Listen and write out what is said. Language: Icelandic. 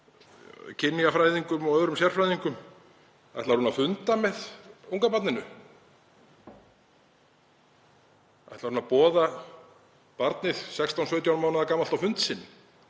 kynjafræðingum og öðrum sérfræðingum að funda með ungbarninu? Ætlar hún að boða barnið, 16, 17 mánaða gamalt, á fund sinn?